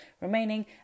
remaining